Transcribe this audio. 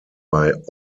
bei